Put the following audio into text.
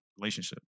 relationship